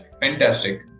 fantastic